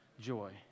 joy